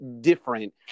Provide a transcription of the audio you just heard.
different